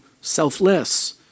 selfless